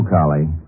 Collie